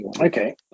Okay